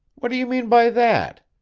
what do you mean by that?